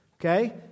okay